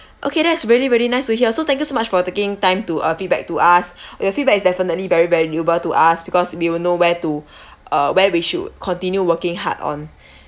okay that's really really nice to hear so thank you so much for taking time to uh feedback to us your feedback is definitely very valuable to us because we will know where to uh where we should continue working hard on